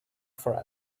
for